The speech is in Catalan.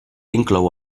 inclou